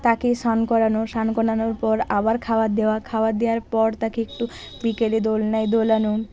তাকে স্নান করানো স্নান করানোর পর আবার খাওয়ার দেওয়া খাবার দেওয়ার পর তাকে একটু বিকেলে দোলনায় দোলানো